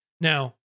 Now